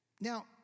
Now